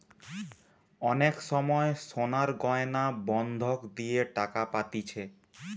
অনেক সময় সোনার গয়না বন্ধক দিয়ে টাকা পাতিছে